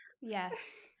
yes